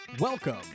Welcome